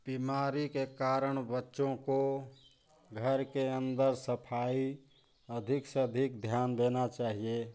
बीमारी के कारण बच्चों को घर के अंदर सफाई अधिक से अधिक ध्यान देना चाहिए